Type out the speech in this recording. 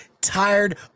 tired